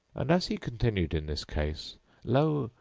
and as he continued in this case lo!